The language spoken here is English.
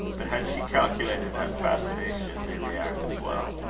but had she calculated that fascination may re-act as well?